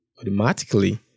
automatically